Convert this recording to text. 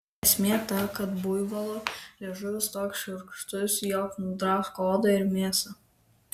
esmė ta kad buivolo liežuvis toks šiurkštus jog nudrasko odą ir mėsą